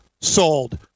Sold